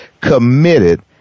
committed